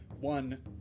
one